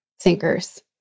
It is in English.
thinkers